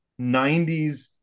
90s